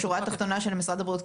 השורה התחתונה של משרד הבריאות,